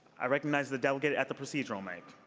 i recognize the delegate at the procedural mic.